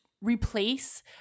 replace